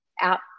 out